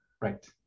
Right